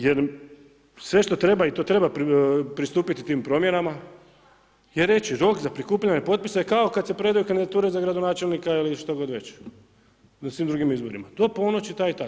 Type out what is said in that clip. Jer sve što treba i to treba pristupiti tim promjenama i reći rok za prikupljanje potpisa je kao kad se predaju kandidature za gradonačelnika ili što god već na svim drugim izborima, do ponoći, tad i tad.